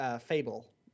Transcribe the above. fable